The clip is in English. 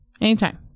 anytime